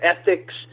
ethics